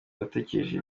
natekereje